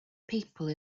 people